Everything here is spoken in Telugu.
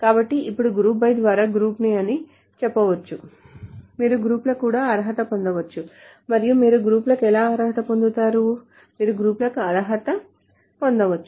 కాబట్టి ఇప్పుడు GROUP BY ద్వారా ఇది గ్రూప్ అని మీరు చెప్పవచ్చు మీరు గ్రూపులకు కూడా అర్హత పొందవచ్చు మరియు మీరు గ్రూపులకు ఎలా అర్హత పొందుతారు మీరు గ్రూపులకు అర్హత పొందవచ్చు